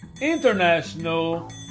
international